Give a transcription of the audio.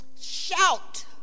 Shout